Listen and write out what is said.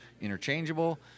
interchangeable